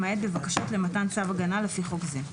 למעט בבקשות למתן צו הגנה לפי חוק זה.